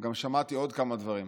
גם שמעתי עוד כמה דברים,